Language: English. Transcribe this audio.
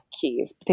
keys